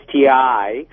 STI